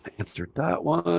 answered that one.